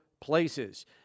places